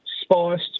Spiced